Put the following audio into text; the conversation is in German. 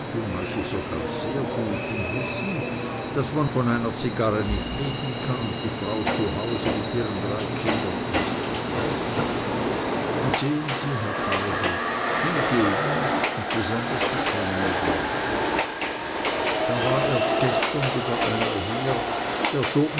manche sogar sehr gut und wissen daß man von einer zigarre nicht leben kann und die frau zu hause mit ihren drei kindern erst recht nicht und sehen sie herr treibel die geben und besonders die kleinen leute da war erst gestern wieder einer hier der schob